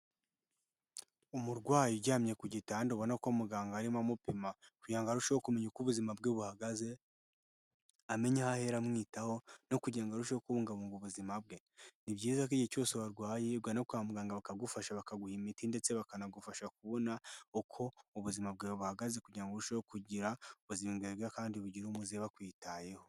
Umurwayi uryamye ku gitanda abona ko muganga arimo amupima kugira ngo arusheho kumenya uko ubuzima bwe buhagaze, amenya aho ahera amwitaho no kugira ngo arusheho kubungabunga ubuzima bwe. Ni byiza ko igihe cyose warwaye ugana kwa muganga bakagufasha bakaguha imiti ndetse bakanagufasha kubona uko ubuzima bwawe buhagaze kugira ngo urusheho kugira ubuzima bwiza kandi bugire umuze bakwitayeho.